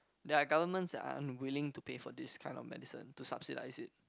there are governments are unwilling to pay for this kind of medicine to subsidize it